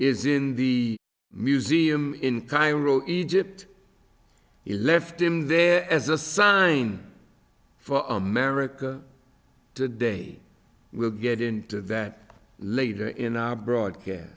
is in the museum in cairo egypt he left him there as a sign for america today we'll get into that later in our broadcast